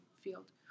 field